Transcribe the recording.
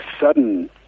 sudden